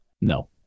No